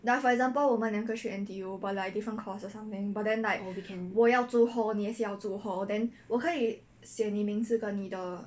like for example 我们两个去 N_T_U but like different course or something but then like 我要住 hall 你也是要住 hall then 我可以写你名字跟你的